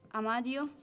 Amadio